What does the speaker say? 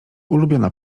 ulubiona